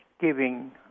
Giving